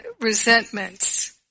resentments